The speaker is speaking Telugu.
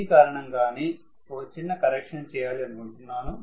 దీని కారణంగానే ఒక చిన్న కరెక్షన్ చేయాలి అనుకుంటున్నాను